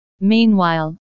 Meanwhile